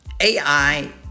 AI